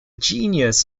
genius